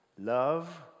love